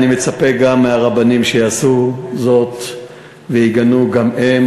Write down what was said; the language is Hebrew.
אני מצפה גם מהרבנים שיעשו זאת ויגנו גם הם,